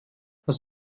hast